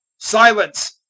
silence!